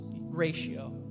ratio